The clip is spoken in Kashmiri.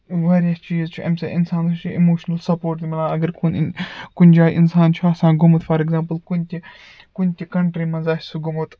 واریاہ چیٖز چھُ اَمہِ سۭتۍ اِنسانَس چھُ اِموشنَل سَپورٹ تہِ میلان اَگر کُن کُنہِ جایہِ اِنسان چھُ آسان گوٚمُت فار ایگزامپُل کُنہِ تہِ کُنہِ تہِ کَنٛٹری منٛز آسہِ سُہ گوٚمُت